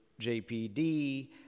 JPD